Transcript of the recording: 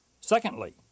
Secondly